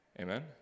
Amen